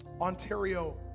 Ontario